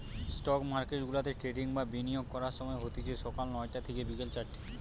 stock মার্কেটগুলাতে trading বা বিনিয়োগ করার সময় হতিছে সকাল নয়টা থিকে বিকেল চারটে